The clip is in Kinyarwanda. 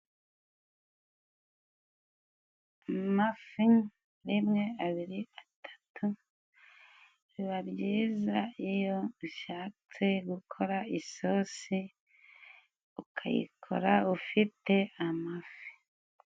Amafi rimwe, abiri, atatu. Biba byiza iyo ushatse gukora isosi, ukayikora ufite amafi.